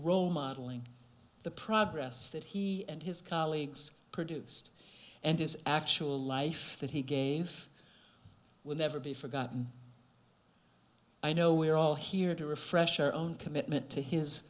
role modeling the progress that he and his colleagues produced and his actual life that he gave will never be forgotten i know we are all here to refresh our own commitment to his